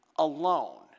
alone